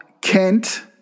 Kent